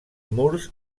murs